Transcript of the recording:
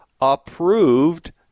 approved